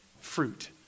fruit